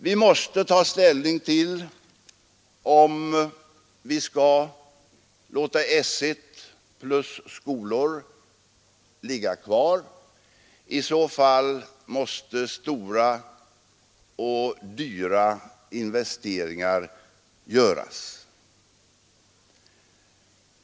Vi måste ta ställning till om vi skall låta S 1 plus skolor ligga kvar; i så fall måste stora och dyra investeringar göras.